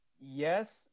Yes